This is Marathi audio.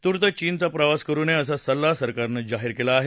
तूर्त चीनचा प्रवास करू नये असा सल्ला सरकारनं जाहीर केला आहे